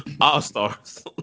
All-Stars